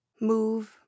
move